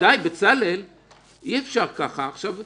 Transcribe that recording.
במקומות שתוקף ההרשאה פג אני מאשר קידום תב"עות.